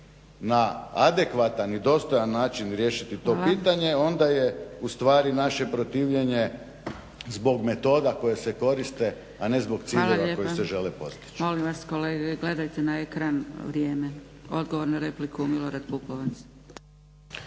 na adekvatan i dostojan način riješiti to pitanje onda je ustvari naše protivljenje zbog metoda koje se koriste, a ne zbog ciljeva koji se žele postići.